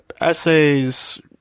essays